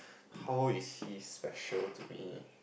how is he special to me